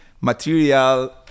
material